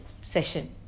session